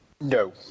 No